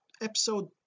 episode